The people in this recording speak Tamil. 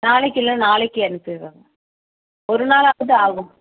நாளைக்கு இல்லை நாளைக்கு அனுப்பிடறோம் ஒரு நாளாவது ஆகும்